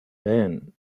haine